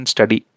Study